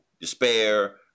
despair